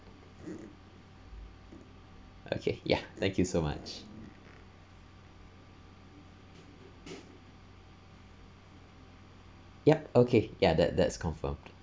okay ya thank you so much yup okay ya that that's confirmed